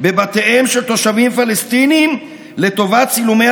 בבתיהם של תושבים פלסטינים לטובת צילומי